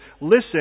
Listen